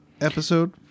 episode